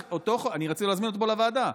אני רוצה להזמין אותו לפה, לוועדה.